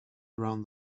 around